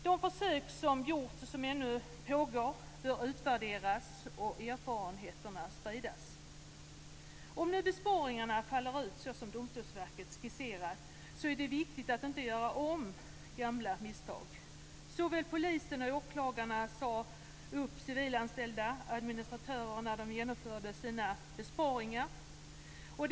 De försök som har gjorts och som ännu pågår bör utvärderas, och erfarenheterna bör spridas. Om nu besparingarna faller ut så som Domstolsverket skisserar är det viktigt att man inte gör om gamla misstag. Såväl polisen som åklagarna sade upp civilanställda administratörer när de genomförde sina besparingar.